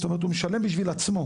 זאת אומרת, הוא משלם בשביל עצמו.